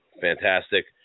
fantastic